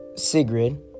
Sigrid